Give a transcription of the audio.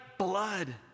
Blood